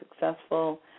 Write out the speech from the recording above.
successful